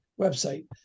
website